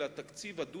אלא תקציב דו-שנתי,